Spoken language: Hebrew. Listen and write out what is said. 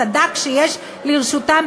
בסד"כ שיש לרשותם,